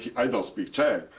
i don't speak czech.